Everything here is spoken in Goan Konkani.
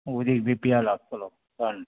उदीक बी पियाला आसतलो थंड